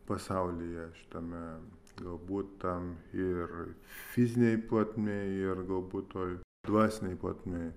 pasaulyje šitame galbūt ten ir fizinėj plotmėj ir galbūt toj dvasinėj plotmėj